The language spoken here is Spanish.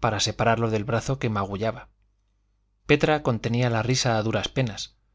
para separarlo del brazo que magullaba petra contenía la risa a duras penas